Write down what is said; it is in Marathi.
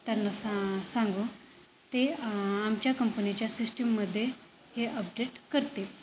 त्यांना सा सांगू ते आमच्या कंपनीच्या सिस्टीममध्ये हे अपडेट करतील